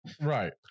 right